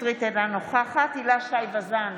אינה נוכחת הילה שי וזאן,